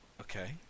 Okay